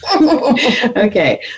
Okay